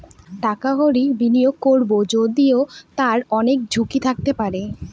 টাকা কড়ি বিনিয়োগ করবো যদিও তার অনেক ঝুঁকি থাকতে পারে